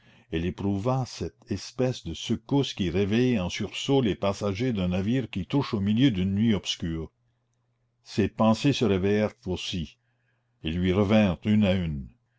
elle éprouva cette espèce de secousse qui réveille en sursaut les passagers d'un navire qui touche au milieu d'une nuit obscure ses pensées se réveillèrent aussi et lui revinrent une à une